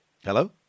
Hello